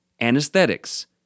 anesthetics